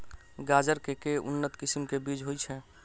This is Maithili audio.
गाजर केँ के उन्नत किसिम केँ बीज होइ छैय?